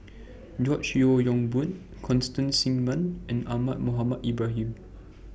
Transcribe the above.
George Yeo Yong Boon Constance Singam and Ahmad Mohamed Ibrahim